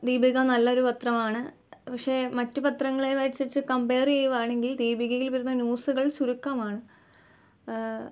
ദീപിക നല്ലൊരു പത്രമാണ് പക്ഷെ മറ്റ് പത്രങ്ങളെ അപേക്ഷിച്ച് കമ്പയെര് ചെയ്യുകയാണെങ്കിൽ ദീപികയിൽ വരുന്ന ന്യൂസുകൾ ചുരുക്കമാണ്